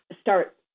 start